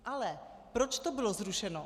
Ale proč to bylo zrušeno?